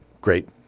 great